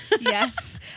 Yes